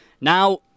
Now